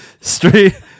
straight